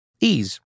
Ease